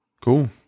Cool